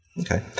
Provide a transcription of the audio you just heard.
Okay